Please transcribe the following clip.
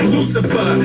Lucifer